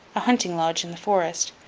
a hunting-lodge in the forest,